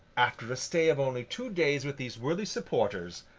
after a stay of only two days with these worthy supporters,